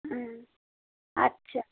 হুম আচ্ছা